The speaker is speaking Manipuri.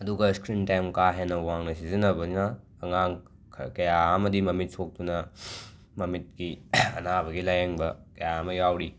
ꯑꯗꯨꯒ ꯁꯀ꯭ꯔꯤꯟ ꯇꯥꯏꯝ ꯀꯥ ꯍꯦꯟ ꯋꯥꯡꯅ ꯁꯤꯖꯤꯟꯅꯕꯅ ꯑꯉꯥꯡ ꯈꯔ ꯀꯌꯥ ꯑꯃꯗꯤ ꯃꯃꯤꯠ ꯁꯣꯛꯇꯨꯅ ꯃꯃꯤꯠꯀꯤ ꯑꯅꯥꯕꯒꯤ ꯂꯥꯌꯦꯡꯕ ꯀꯌꯥ ꯑꯃ ꯌꯥꯎꯔꯤ